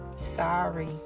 Sorry